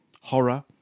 horror